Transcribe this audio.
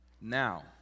Now